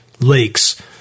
lakes